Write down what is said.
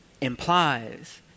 implies